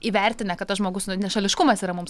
įvertinę kad tas žmogus nešališkumas yra mums